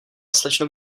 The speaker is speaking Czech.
slečno